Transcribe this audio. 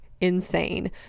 insane